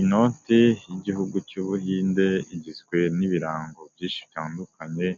Inoti y'igihugu cy'Ubuhinde igizwe n'ibirango byinshi bitandukanye